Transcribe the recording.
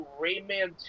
Rayman